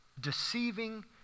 deceiving